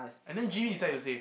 and then G decide to say